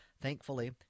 thankfully